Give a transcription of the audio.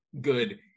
good